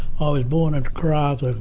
i was born at karratha and